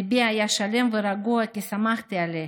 וליבי היה שלם ורגוע כי סמכתי עליכם,